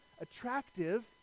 attractive